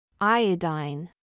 Iodine